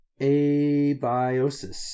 Abiosis